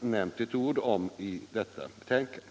nämnt ett ord om i detta betänkande.